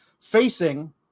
facing